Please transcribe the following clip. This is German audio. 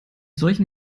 solchen